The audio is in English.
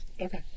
Okay